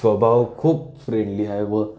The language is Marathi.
स्वभाव खूप फ्रेंडली आहे व